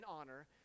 honor